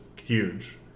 huge